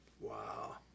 Wow